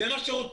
זה מה שרוצים.